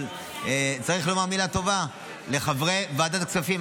אבל צריך לומר מילה טובה לחברי ועדת הכספים,